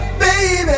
baby